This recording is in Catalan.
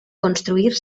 construir